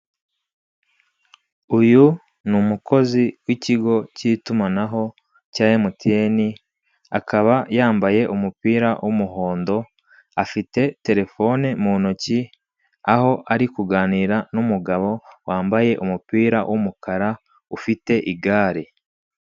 Uyu ni umukozi w'ikigo k'itumanaho cya emutiyene, akaba yambaye umupira w'umuhondo afite terefone mu ntoki, aho ari kuganira n'umugabo wambaye umupira w'umukara ufite igare.